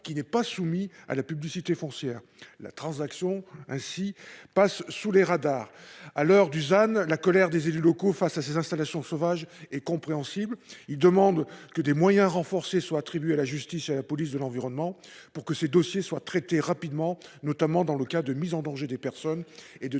qui n'est pas soumis à la publicité foncière. La transaction passe ainsi sous les radars. À l'heure du « zéro artificialisation nette » (ZAN), la colère des élus locaux face à ces installations sauvages est compréhensible. Ils demandent que des moyens renforcés soient attribués à la justice et à la police de l'environnement, pour que ces dossiers soient traités rapidement, notamment dans les cas de mise en danger des personnes et de